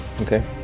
okay